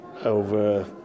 over